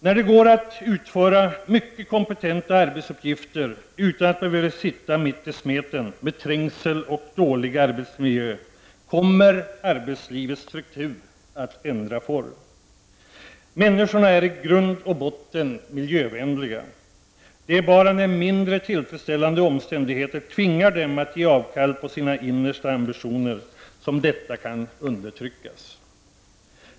När det går att utföra arbetsuppgifter som kräver stor kompetens utan att människor sitter mitt i smeten, med trängsel och dålig arbetsmiljö, kommer arbetslivets struktur att ändra form. Människorna är i grund och botten miljövänliga. Det är bara när mindre tillfredsställande omständigheter tvingar dem att ge avkall på sina innersta ambitioner som detta kan undertryckas.